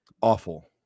awful